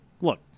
Look